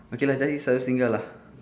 okay lah jadi selalu singgah lah